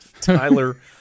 Tyler